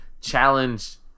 challenge